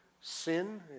sin